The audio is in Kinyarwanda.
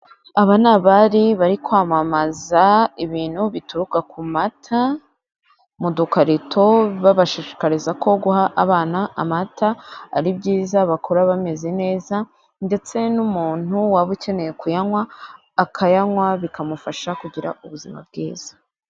Aba ni abari bari kwamamaza ibintu bituruka ku mata mu dukarito babashishikariza ko guha abana amata ari byiza bakura bameze neza ndetse n'umuntu waba ukeneye kuyanywa akayanywa bikamufasha kugira ubuzima bwiza.